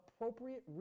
appropriate